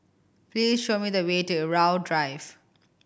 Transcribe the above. please show me the way to Irau Drive